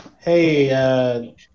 hey